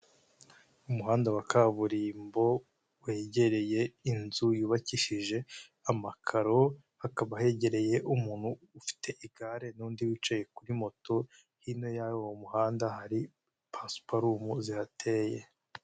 Umuhanda wa kaburimbo wegereye inzu yubakishije amakaro, hakaba hegereye umuntu ufite igare n'undi wicaye kuri moto, hino y'uwo muhanda hari pasiparumu zihateye.